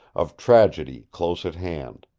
of tragedy close at hand.